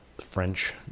French